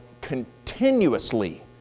continuously